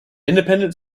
independent